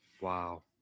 wow